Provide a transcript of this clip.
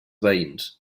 veïns